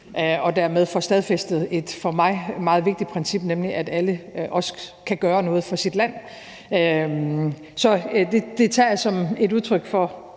og dermed får stadfæstet et for mig meget vigtigt princip, nemlig at alle også kan gøre noget for deres land. Så det tager jeg som et udtryk for